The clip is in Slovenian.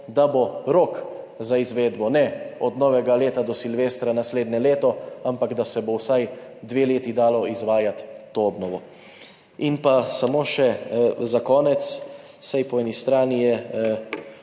da bo rok za izvedbo ne od novega leta do silvestra naslednje leto, ampak da se bo vsaj dve leti dalo izvajati to obnovo. Samo še za konec, saj po eni strani je